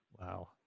Wow